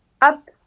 up